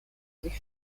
sich